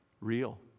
Real